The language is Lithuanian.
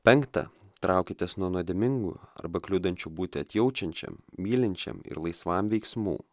penkta traukitės nuo nuodėmingų arba kliudančiu būti atjaučiančiam mylinčiam ir laisvam veiksmų